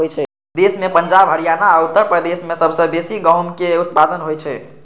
देश मे पंजाब, हरियाणा आ उत्तर प्रदेश मे सबसं बेसी गहूमक उत्पादन होइ छै